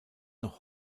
noch